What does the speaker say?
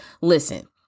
listen